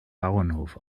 bauernhof